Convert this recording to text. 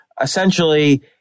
essentially